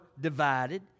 divided